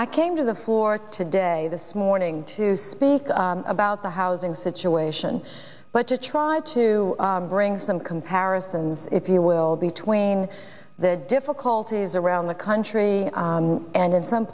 i came to the floor today this morning to speak about the housing situation but to try to bring some comparisons if you will between the difficulties around the country and in some